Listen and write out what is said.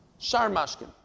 Sharmashkin